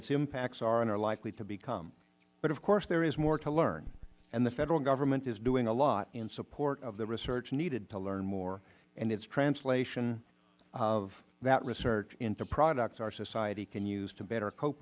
its impacts are and are likely to become but of course there is more to learn and the federal government is doing a lot in support of the research needed to learn more and its translation of that research into products our society can use to better co